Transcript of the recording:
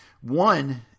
One